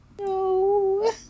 No